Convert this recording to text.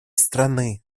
страны